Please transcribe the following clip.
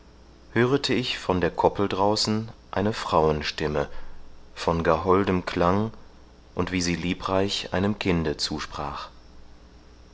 hörete ich von der koppel draußen eine frauenstimme von gar holdem klang und wie sie liebreich einem kinde zusprach